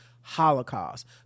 Holocaust